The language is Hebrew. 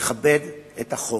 לכבד את החוק.